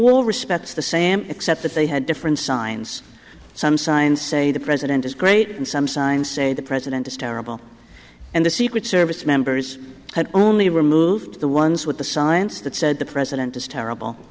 all respects the same except that they had different signs some signs say the president is great and some sign saying the president is terrible and the secret service members had only removed the ones with the signs that said the president is terrible